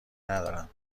ندارم